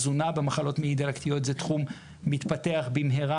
תזונה במחלות מעי דלקתיות זה תחום שמתפתח במהרה,